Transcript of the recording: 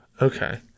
Okay